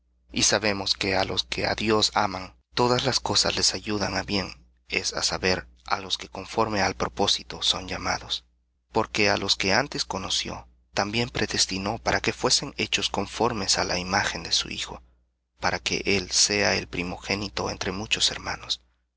y sabemos que á los que á dios aman todas las cosas les ayudan á bien á los que conforme al propósito son llamados porque á los que antes conoció también predestinó para que fuesen hechos conformes á la imagen de su hijo para que él sea el primogénito entre muchos hermanos